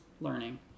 learning